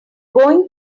going